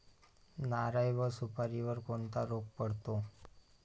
नारळ व सुपारीवर कोणता रोग पडतो?